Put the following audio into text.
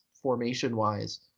Formation-wise